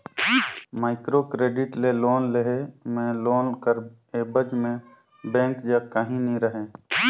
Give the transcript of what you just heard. micro credit ले loan लेय में लोन कर एबज में बेंक जग काहीं नी रहें